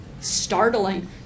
startling